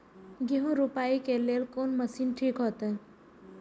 गेहूं रोपाई के लेल कोन मशीन ठीक होते?